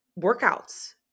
workouts